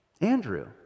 Andrew